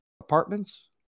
apartments